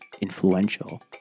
influential